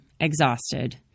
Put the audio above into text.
exhausted